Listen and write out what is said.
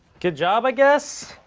good job, i guess?